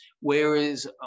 Whereas